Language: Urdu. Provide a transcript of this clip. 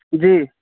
جی